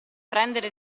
prendere